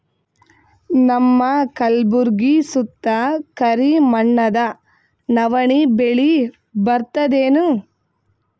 ನಮ್ಮ ಕಲ್ಬುರ್ಗಿ ಸುತ್ತ ಕರಿ ಮಣ್ಣದ ನವಣಿ ಬೇಳಿ ಬರ್ತದೇನು?